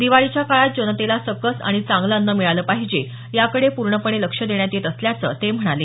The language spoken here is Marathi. दिवाळीच्या काळात जनतेला सकस आणि चांगलं अन्न मिळालं पाहिजे याकडे पूर्णपणे लक्ष देण्यात येत असल्याचं ते म्हणाले